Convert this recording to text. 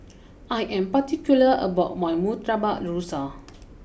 I am particular about my Murtabak Rusa